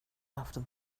after